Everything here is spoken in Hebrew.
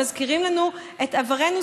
הן מזכירות לנו את עברנו,